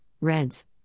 reds